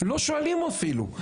לא שואלים אפילו.